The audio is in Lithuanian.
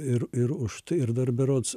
ir ir už tai ir dar berods